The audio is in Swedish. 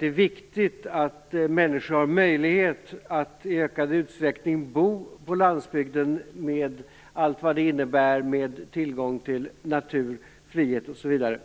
det är viktigt att människor har möjlighet att i ökad utsträckning bo på landsbygden, med allt vad det innebär av tillgång till natur, frihet osv.